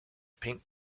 pink